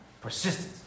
Persistence